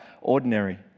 ordinary